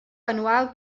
anual